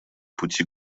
пути